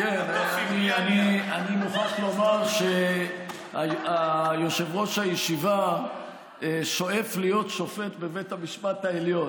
אני מוכרח לומר שיושב-ראש הישיבה שואף להיות שופט בבית המשפט העליון,